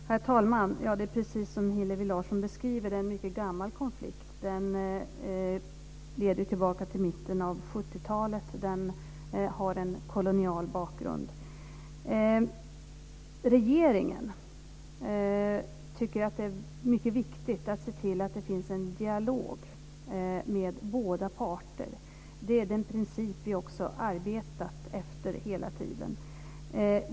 Herr talman! Ja, det är, precis som Hillevi Larsson beskriver, en mycket gammal konflikt. Den leder tillbaka till mitten av 70-talet och har en kolonial bakgrund. Regeringen tycker att det är mycket viktigt att se till att det finns en dialog med båda parter. Det är den princip som vi hela tiden har arbetat efter.